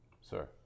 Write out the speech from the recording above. Sir